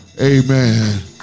amen